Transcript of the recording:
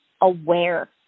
aware